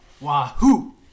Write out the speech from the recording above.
Wahoo